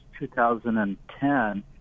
2010